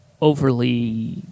overly